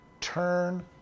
Turn